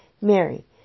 Mary